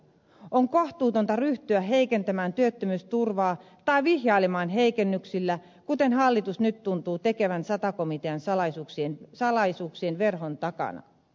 on kohtuutonta ryhtyä heikentämään työttömyysturvaa tai vihjailemaan heikennyksillä kuten hallitus nyt tuntuu tekevän sata komitean salaisuuksien verhon takana